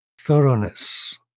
thoroughness